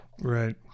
Right